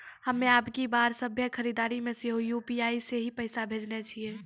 हम्मे अबकी बार सभ्भे खरीदारी मे सेहो यू.पी.आई से ही पैसा भेजने छियै